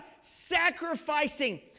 sacrificing